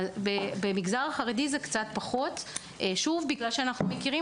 במגזר החרדי זה קצת פחות בגלל שאנחנו מכירים